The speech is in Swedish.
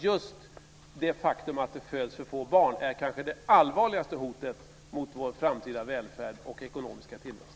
Just det faktum att det föds för få barn är kanske det allvarligaste hotet mot vår framtida välfärd och ekonomiska tillväxt.